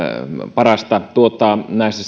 parasta tuottaa nimenomaisesti näissä